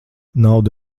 nauda